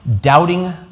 Doubting